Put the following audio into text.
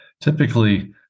Typically